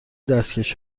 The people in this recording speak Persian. دستکش